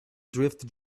drift